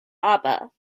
abba